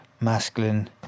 masculine